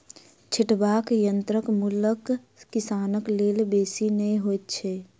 छिटबाक यंत्रक मूल्य किसानक लेल बेसी नै होइत छै